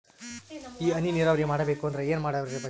ಈ ಹನಿ ನೀರಾವರಿ ಮಾಡಬೇಕು ಅಂದ್ರ ಏನ್ ಮಾಡಿರಬೇಕು?